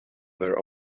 their